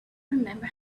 remember